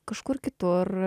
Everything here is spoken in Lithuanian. kažkur kitur